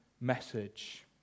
message